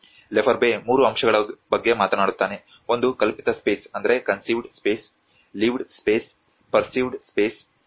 Lefebvre 3 ಅಂಶಗಳ ಬಗ್ಗೆ ಮಾತನಾಡುತ್ತಾನೆ ಒಂದು ಕಲ್ಪಿತ space lived space perceived space